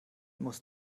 muss